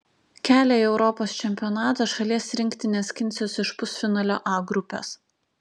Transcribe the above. kelią į europos čempionatą šalies rinktinė skinsis iš pusfinalio a grupės